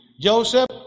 Joseph